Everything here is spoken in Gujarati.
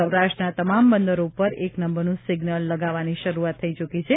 સૌરાષ્ટ્રના તમામ બંદરો ઉપર એક નંબરનું સિગ્નલ લગાવવાની શરૂઆત થઇ ચૂકી છે